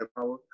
power